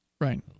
right